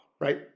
right